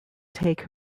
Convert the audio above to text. take